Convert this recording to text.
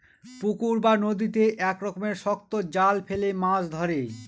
পুকুরে বা নদীতে এক রকমের শক্ত জাল ফেলে মাছ ধরে